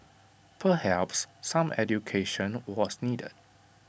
perhaps some education was needed